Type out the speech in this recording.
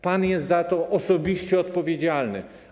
Pan jest za to osobiście odpowiedzialny.